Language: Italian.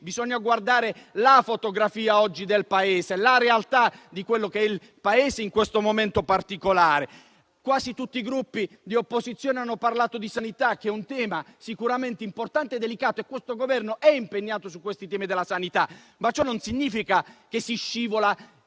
Bisogna guardare la fotografia del Paese oggi e la realtà di quello che esso è in questo momento particolare. Quasi tutti i Gruppi di opposizione hanno parlato di sanità, che è un tema sicuramente importante e delicato. Questo Governo è impegnato sul fronte, ma ciò non significa che si scivoli